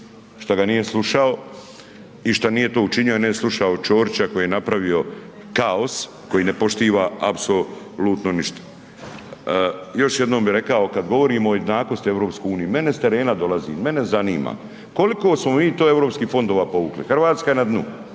šta ga nije slušao i šta nije to učinio a ne slušao Ćorića koji je napravio kaos koji ne poštuje apsolutno ništa. Još jednom bih rekao kada govorimo o jednakosti EU, mene s terena dolazi, mene zanima koliko smo mi to europskih fondova povukli, Hrvatska je na dnu,